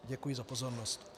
Děkuji za pozornost.